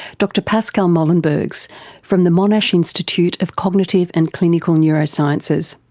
dr pascal molenberghs from the monash institute of cognitive and clinical neurosciences.